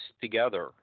together